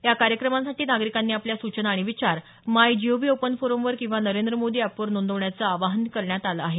या कार्यक्रमासाठी नागरिकांनी आपल्या सूचना आणि विचार मायजीओव्ही ओपन फोरमवर किंवा नरेंद्र मोदी अॅप वर नोंदवण्याचं आवाहन करण्यात आलं आहे